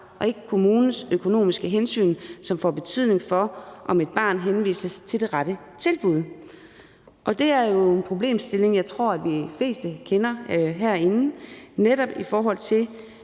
og ikke kommunens økonomiske hensyn, som får betydning for, om et barn henvises til det rette tilbud. Det er jo en problemstilling, som jeg tror de fleste herinde kender, netop i forhold til